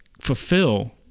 fulfill